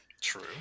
True